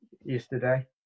yesterday